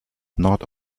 not